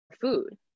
food